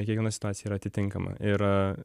kiekviena situacija yra atitinkama ir